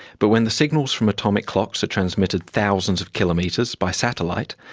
but when the signals from atomic clocks are transmitted thousands of kilometres by satellite,